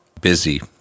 busy